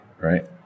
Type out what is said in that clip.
right